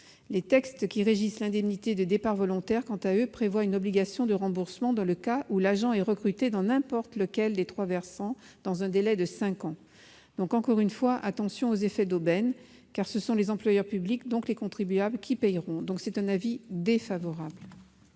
Les textes qui régissent l'indemnité de départ volontaire prévoient, quant à eux, une obligation de remboursement dans le cas où l'agent est recruté dans n'importe lequel des trois versants dans un délai de cinq ans. Encore une fois, il faut faire attention aux effets d'aubaine, car ce sont les employeurs publics, donc les contribuables, qui paieront. Par conséquent, la